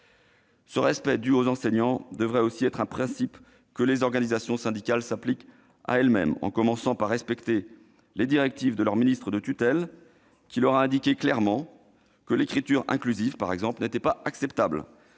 Ce respect dû aux enseignants devrait aussi être un principe que les organisations syndicales s'appliquent à elles-mêmes, en commençant par respecter les directives de leur ministre de tutelle, qui a indiqué clairement que l'écriture inclusive, par exemple, n'était pas acceptable.